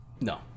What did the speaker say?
No